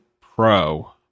Pro